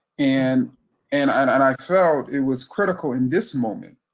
and and i felt it was critical in this moment,